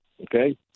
okay